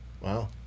Wow